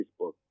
Facebook